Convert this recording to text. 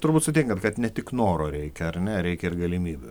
turbūt sutinkam kad ne tik noro reikia ar ne reikia ir galimybių